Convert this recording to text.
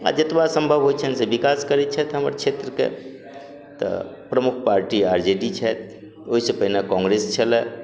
आओर जतबा सम्भव होइ छनि से विकास करय छथि हमर क्षेत्रके तऽ प्रमुख पार्टी आर जे डी छथि ओइसँ पहिने कांग्रेस छलै